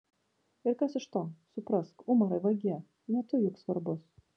ir kas iš to suprask umarai vagie ne tu juk svarbus